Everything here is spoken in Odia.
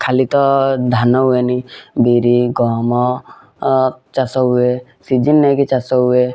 ଖାଲି ତ ଧାନ ହୁଏନି ବିରି ଗହମ ଚାଷ ହୁଏ ସିଜିନ୍ ନେଇକି ଚାଷ ହୁଏ